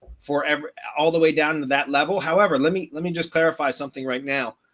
forever, all the way down to that level. however, let me let me just clarify something right now.